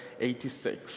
86